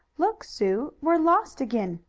look, sue! we're lost again!